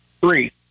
Three